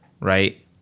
right